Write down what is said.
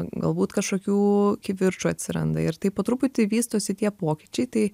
galbūt kažkokių kivirčų atsiranda ir taip po truputį vystosi tie pokyčiai tai